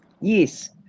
yes